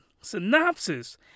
synopsis